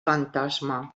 fantasma